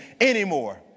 anymore